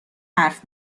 حرف